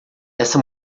essa